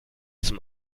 zum